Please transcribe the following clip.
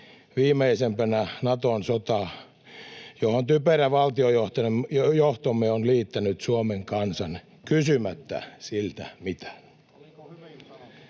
viimeisimpänä Naton sotaan, johon typerä valtiojohtomme on liittänyt Suomen kansan kysymättä siltä mitään.